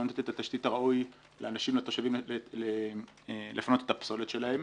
לא נותנת את התשתית הראוי לתושבים לפנות את הפסולת שלהם.